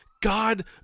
God